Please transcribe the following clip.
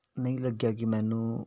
ਨਹੀਂ ਲੱਗਿਆ ਕਿ ਮੈਨੂੰ